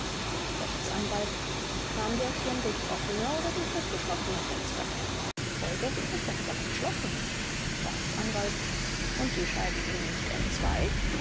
staatsanwalt kam der schirm durchs offene oder durch das geschlossene fenster zeuge das fenster war geschlossen staatsanwalt und die scheiben gingen nicht entzwei